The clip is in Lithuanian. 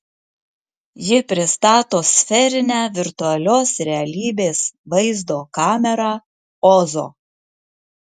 ji pristato sferinę virtualios realybės vaizdo kamerą ozo